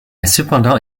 cependant